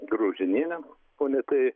graužinienę ponią tai